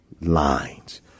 lines